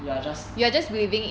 you are just